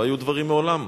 לא היו דברים מעולם,